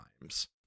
Times